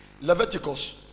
Leviticus